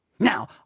Now